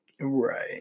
Right